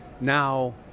now